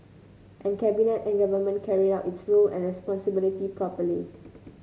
and Cabinet and Government carried out its roles and responsibilities properly